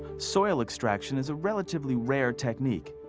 soil extraction is a relatively rare technique,